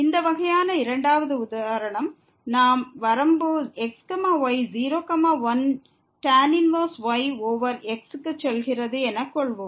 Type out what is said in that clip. இந்த வகையான இரண்டாவது உதாரணம் நாம் வரம்பு x y 0 1 tan 1y over x க்கு செல்கிறது என கொள்வோம்